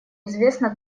известно